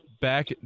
back